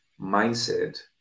mindset